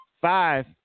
Five